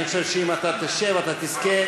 אני חושב שאם אתה תשב אתה תזכה,